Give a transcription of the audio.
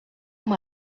amb